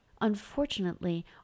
Unfortunately